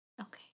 Okay